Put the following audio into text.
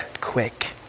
quick